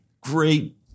great